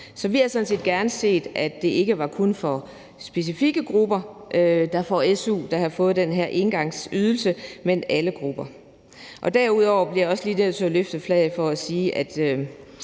Så vi havde sådan set gerne set, at det ikke kun var specifikke grupper blandt dem, der får su, der fik den her engangsydelse, men alle grupper. Derudover bliver jeg også lige nødt til at vifte med flaget for at sige, at